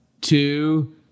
two